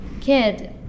kid